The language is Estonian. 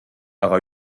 aga